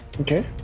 Okay